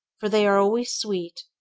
for they are always sweet,